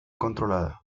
controlada